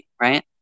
right